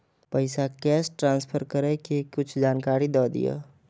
पैसा cash transfer करऐ कि कुछ जानकारी द दिअ